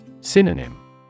Synonym